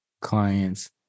clients